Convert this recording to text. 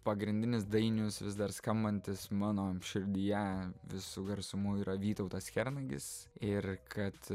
pagrindinis dainius vis dar skambantis mano širdyje visu garsumu yra vytautas kernagis ir kad